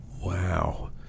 Wow